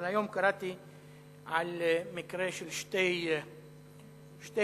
אבל היום קראתי על מקרה של שתי פעילות